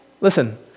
listen